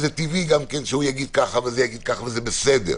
וטבעי שזה יגיד ככה וזה יגיד ככה וזה בסדר,